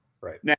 right